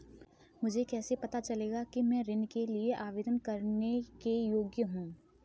मुझे कैसे पता चलेगा कि मैं ऋण के लिए आवेदन करने के योग्य हूँ?